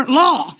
law